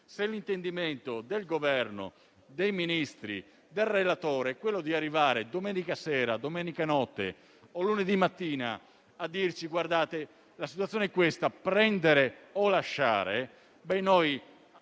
Se l'intendimento del Governo, dei Ministri e del relatore è quello di arrivare a domenica sera o notte o a lunedì mattina a dirci «la situazione è questa: prendere o lasciare», noi